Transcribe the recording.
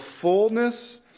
fullness